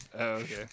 Okay